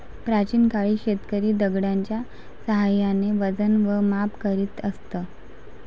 प्राचीन काळी शेतकरी दगडाच्या साहाय्याने वजन व माप करीत असत